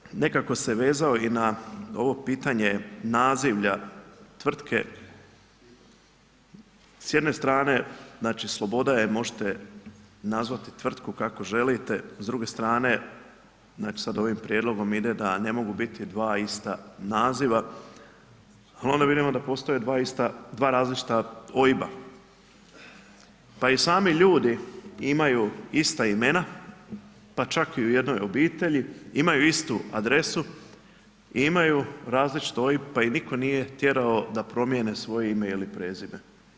Malo bih nekako se vezao i na ovo pitanje nazivlja tvrtke, s jedne strane znači sloboda je, možete nazvati tvrtku kako želite, s druge strane znači sad ovim prijedlogom ide da ne mogu biti dva ista naziva onda vidimo da postoje dva različita OIB-a. pa i sami ljudi imaju ista imena pa čak i u jednoj obitelji, imaju istu adresu i imaju različit OIB pa ih nitko nije tjerao da promijene svoje ime ili prezime.